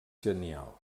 genial